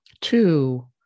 two